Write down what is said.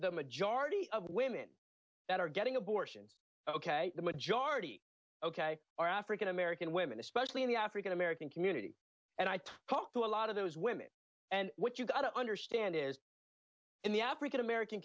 the majority of women that are getting abortions ok the majority ok are african american women especially in the african american community and i talk to a lot of those women and what you've got to understand is in the african american